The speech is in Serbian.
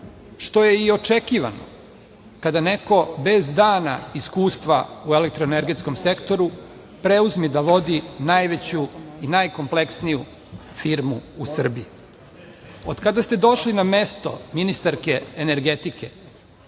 što je i očekivano kada neko bez dana iskustva u elektroenergetskom sektoru preuzme da vodi najveću i najkompleksniju firmu u Srbiji. Od kada ste došli na mesto ministarke energetike